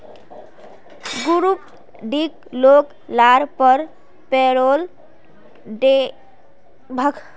group डीर लोग लार पर पेरोल टैक्स नी लगना चाहि